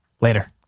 Later